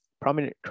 prominent